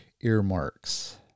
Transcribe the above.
earmarks